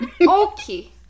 Okay